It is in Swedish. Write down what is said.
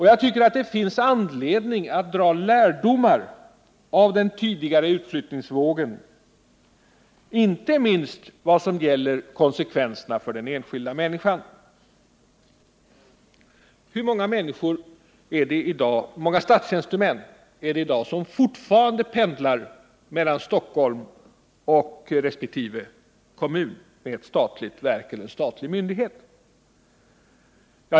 Jag tycker att det finns anledning att dra lärdomar av den tidigare utflyttningsvågen, inte minst vad gäller konsekvenserna för den enskilda människan. Hur många statstjänstemän är det i dag som fortfarande pendlar mellan Stockholm och resp. kommun med ett statligt verk eller en statlig myndighet?